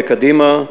בקדימה,